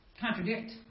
contradict